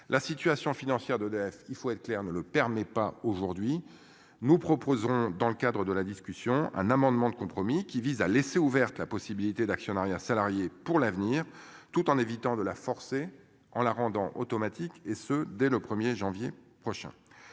La situation financière d'EDF. Il faut être clair, ne le permet pas aujourd'hui. Nous proposons dans le cadre de la discussion. Un amendement de compromis qui vise à laisser ouverte la possibilité d'actionnariat salarié pour l'avenir, tout en évitant de la forcer en la rendant automatique et ce dès le 1er janvier prochain.